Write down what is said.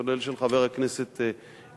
כולל זו של חבר הכנסת אלדד,